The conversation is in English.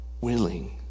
willing